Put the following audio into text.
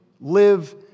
live